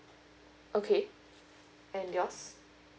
okay and yours